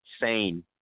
sane